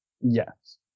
Yes